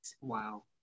wow